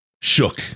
shook